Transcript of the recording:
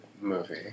movie